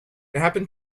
happened